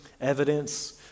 evidence